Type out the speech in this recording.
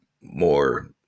more